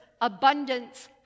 abundance